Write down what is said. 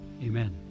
Amen